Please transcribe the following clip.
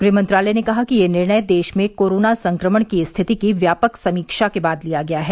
गृह मंत्रालय ने कहा कि यह निर्णय देश में कोरोना संक्रमण की स्थिति की व्यापक समीक्षा के बाद लिया गया है